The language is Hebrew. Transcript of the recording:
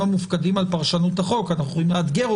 המופקדים על פרשנות החוק אנחנו יודעים